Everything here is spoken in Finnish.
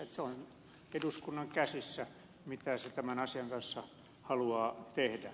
se on eduskunnan käsissä mitä se tämän asian kanssa haluaa tehdä